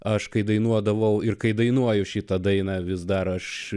aš kai dainuodavau ir kai dainuoju šitą dainą vis dar aš